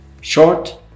Short